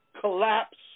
collapse